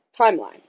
timeline